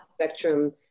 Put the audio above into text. spectrum